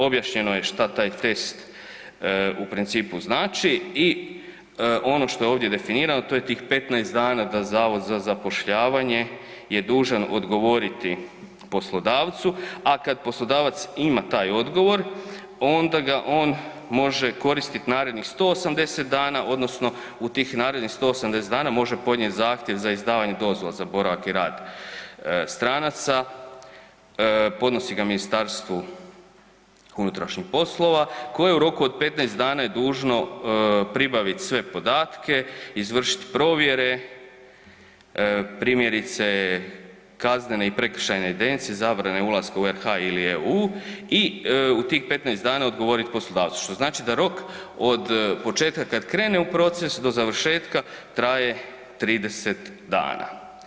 Objašnjeno je šta taj test u principu znači i ono što je ovdje definirano, to je tih 15 dana da Zavod za zapošljavanje je dužan odgovoriti poslodavcu a kad poslodavac ima taj odgovor, onda ga on može koristit narednih 180 dana odnosno u tih narednih 180 dana može podnijet zahtjev za izdavanje dozvola za boravak i rad stranaca, podnosi ga MUP-u koje u roku od 15 dana je dužno pribaviti sve podatke, izvršit provjere, primjerice, kaznene i prekršajne evidencije, zabrane ulaska u RH ili EU i tih 15 dana odgovorit poslodavcu što znači da rok od početka kad krene u proces do završetka, traje 30 dana.